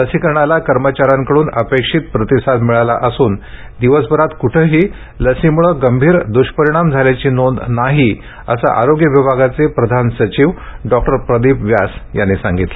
लसीकरणास कर्मचाऱ्यांकडून अपेक्षित असा प्रतिसाद मिळाला असून दिवसभरात कुठेही लसीमुळे गंभीर दृष्परिणाम झाल्याची नोंद नसल्याचे आरोग्य विभागाचे प्रधान सचिव डॉक्टर प्रदीप व्यास यांनी सांगितलं